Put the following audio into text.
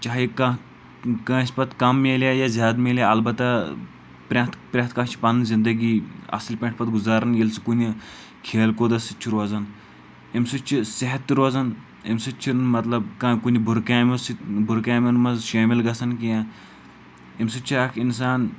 چاہے کانٛہہ کٲنٛسہِ پَتہٕ کم مِلہِ یا زیادٕ مِلہِ البتہ پرٮ۪تھ پرٮ۪تھ کانٛہہ چھِ پنٕںۍ زنٛدٕگی اَصٕل پٲٹھۍ پَتہٕ گُزاران ییٚلہِ سُہ کُنہِ کھیل کوٗدَس سۭتۍ چھُ روزان اَمہِ سۭتۍ چھِ صحت تہِ روزان اَمہِ سۭتۍ چھِنہٕ مطلب کانٛہہ کُنہِ بُرٕ کامیو سۭتۍ بُرٕ کامٮ۪ن منٛز شٲمِل گَژھان کینٛہہ اَمہِ سۭتۍ چھُ اَکھ اِنسان